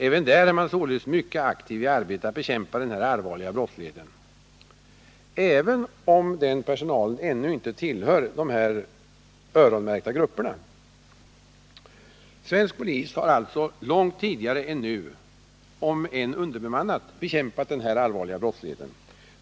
Också där är man således mycket aktiv i arbetet för att bekämpa den här allvarliga brottsligheten, även om den personalen ännu inte tillhör dessa öronmärkta grupper. Svensk polis har alltså långt tidigare än nu — om än underbemannad — bekämpat den här allvarliga brottsligheten.